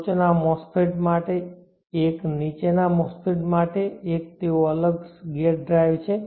ટોચના MOSFETમાટે એક નીચેના MOSFET માટે એક તેઓ અલગ ગેટ ડ્રાઇવ્સ છે